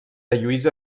lluïsa